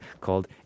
called